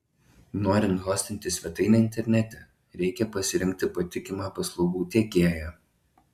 norint hostinti svetainę internete reikia pasirinkti patikimą paslaugų teikėją